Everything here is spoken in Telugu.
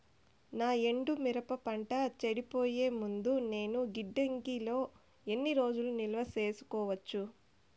నా ఎండు మిరప పంట చెడిపోయే ముందు నేను గిడ్డంగి లో ఎన్ని రోజులు నిలువ సేసుకోవచ్చు?